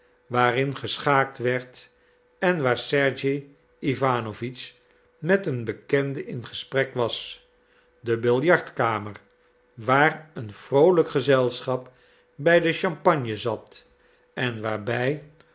waarin geschaakt werd en waar sergej iwanowitsch met een bekende in gesprek was de billardkamer waar een vroolijk gezelschap bij den champagne zat en waarbij